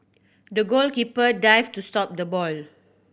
the goalkeeper dived to stop the ball